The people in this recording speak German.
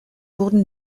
wurden